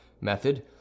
method